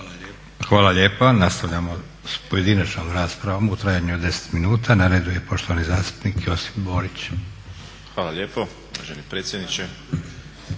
Hvala lijepa. Nastavljamo sa pojedinačnom raspravom u trajanju od 10 minuta. Na redu je poštovani zastupnik Josip Borić. **Borić, Josip